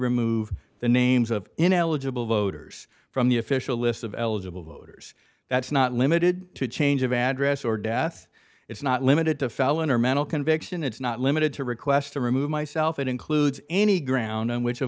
remove the names of ineligible voters from the official list of eligible voters that's not limited to a change of address or death it's not limited to felon or mental conviction it's not limited to requests to remove myself it includes any ground on which